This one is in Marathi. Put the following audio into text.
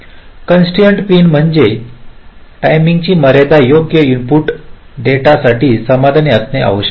कॉन्स्ट्रेनाइटेड पिन म्हणजे अशा टायमिंग ची मर्यादा योग्य इनपुट डेटा साठी समाधानी असणे आवश्यक आहे